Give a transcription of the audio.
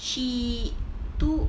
she do